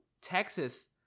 Texas